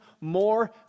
more